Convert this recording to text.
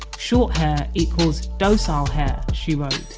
short hair equal docile hair', she wrote